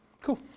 cool